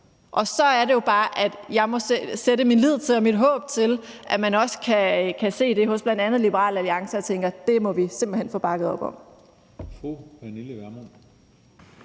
Og så er det jo bare, at jeg må sætte min lid og mit håb til, at man også kan se det hos bl.a. Liberal Alliance, så de tænker: Det må vi simpelt hen få bakket op om.